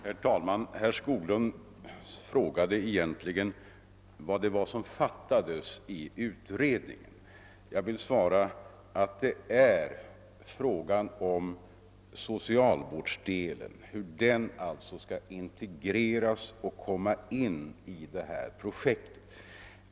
Herr talman! Herr Skoglund frågade vad det egentligen var som fattades i utredningen. Jag vill svara att det är frågan om hur socialvårdsdelen skall integreras i det här projektet.